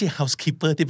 Housekeeper